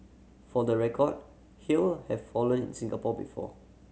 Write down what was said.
for the record hail have fallen in Singapore before